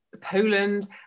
Poland